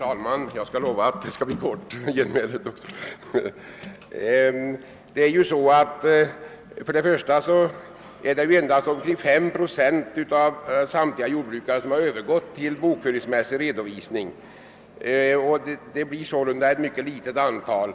Herr talman! Jag lovar att mitt genmäle skall bli kort. Det är först och främst endast 5 procent av samtliga jordbrukare som har övergått till bokföringsmässig redovisning. Det blir således fråga om ett mycket litet antal.